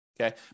okay